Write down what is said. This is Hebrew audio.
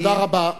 תודה רבה.